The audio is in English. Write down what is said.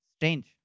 Strange